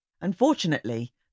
Unfortunately